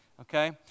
Okay